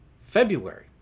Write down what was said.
February